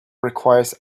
requires